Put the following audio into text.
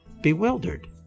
Bewildered